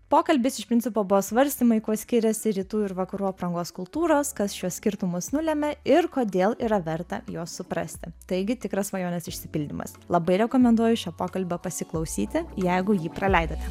pokalbis iš principo buvo svarstymai kuo skiriasi rytų ir vakarų aprangos kultūros kas šiuos skirtumus nulemia ir kodėl yra verta juos suprasti taigi tikras svajonės išsipildymas labai rekomenduoju šio pokalbio pasiklausyti jeigu jį praleidote